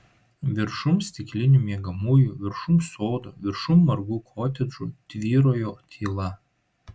viršum stiklinių miegamųjų viršum sodų viršum margų kotedžų tvyrojo tyla